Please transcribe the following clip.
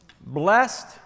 Blessed